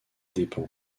dépens